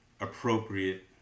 appropriate